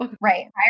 right